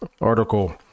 article